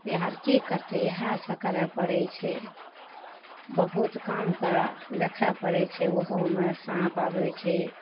इएह अर की करतइ इएह सब करय पड़य छै बहुत काम कऽ देखऽ पड़य छै ओहोमे साँप अबय छै